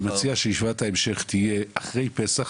אני מציע שישיבת ההמשך תהיה אחרי פסח.